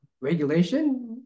regulation